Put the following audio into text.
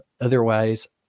Otherwise